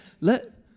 Let